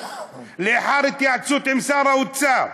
לאחר התייעצות עם שר האוצר,